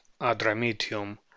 Adramitium